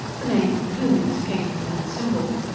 the name plumies came from that symbol.